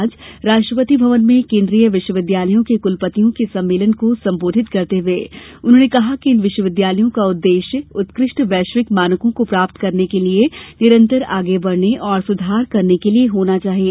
आज राष्ट्रपति भवन में केंद्रीय विश्वविद्यालयों के कुलपतियों के सम्मेलन को संबोधित करते हुए उन्होंने कहा कि इन विश्वविद्यालयों का उद्देश्य उत्कृष्ट वैश्विक मानकों को प्राप्त करने के लिए निरन्तर आगे बढने और सुधार करने के लिए होना चाहिए